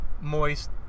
Moist